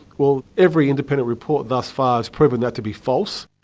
well, every independent report thus far has proven that to be false.